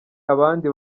abandi